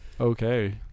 okay